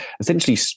essentially